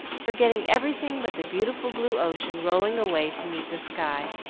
forgetting everything but the beautiful blue ocean rolling away to meet the sky,